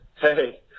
hey